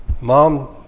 Mom